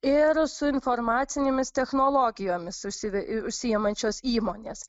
ir su informacinėmis technologijomis usi užsiimančios įmonės